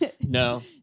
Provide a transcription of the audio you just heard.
no